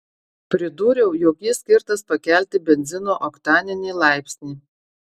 pridūriau jog jis skirtas pakelti benzino oktaninį laipsnį